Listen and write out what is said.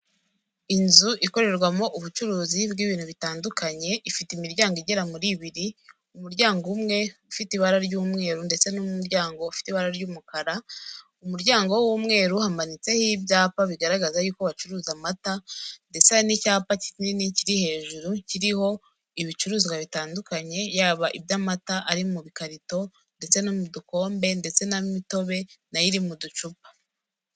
Inzu ikorerwamo ubucuruzi bw'ibintu bitandukanye ifite imiryango igera muri ibiri, umuryango umwe ufite ibara ry'umweru ndetse n'umuryango ufite ibara ry'umukara, ku muryango w'umweru hamanitseho ibyapa bigaragaza yuko bacuruza amata ndetse n'icyapa kinini kiri hejuru kiriho ibicuruzwa bitandukanye, yaba iby'amata ari mu bikarito ndetse no mu dukombe ndetse n'imitobe nayo iri mu ducupa.